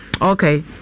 Okay